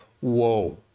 Whoa